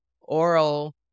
oral